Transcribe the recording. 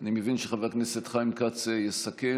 אני מבין שחבר הכנסת חיים כץ יסכם,